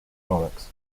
products